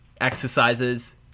exercises